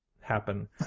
happen